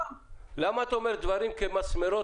למה את קובעת דברים כמסמרות?